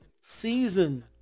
season